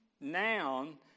noun